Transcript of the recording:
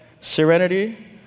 serenity